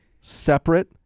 separate